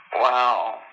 Wow